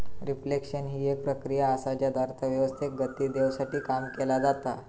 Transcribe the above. reflection हि एक प्रक्रिया असा ज्यात अर्थव्यवस्थेक गती देवसाठी काम केला जाता